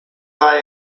war